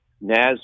Naz